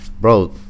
bro